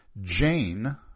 Jane